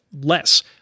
less